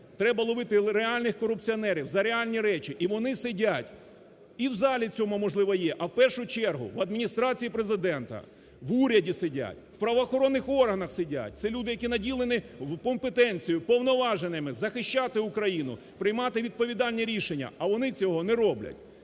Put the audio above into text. Треба ловити реальних корупціонерів за реальні речі. І вони сидять, і в залі цьому, можливо, в цьому є, а в першу чергу - в Адміністрації Президента, в уряді сидять, в правоохоронних органах сидять. Це люди, які наділені компетенцією, повноваженими захищати Україну, приймати відповідальні рішення, а вони цього не роблять.